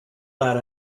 let